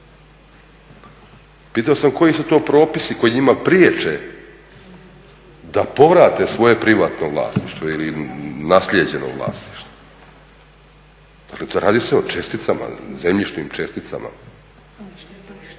Pitao sam koji su to propisi koji njima priječe da povrate svoje privatno ili naslijeđeno vlasništvo, dakle radi se o česticama zemljišnim česticama.